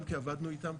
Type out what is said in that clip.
גם כי עבדנו איתם,